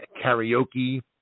karaoke